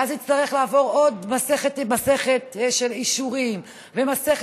ואז זה יצטרך לעבור עוד מסכת של אישורים ומסכת